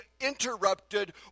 interrupted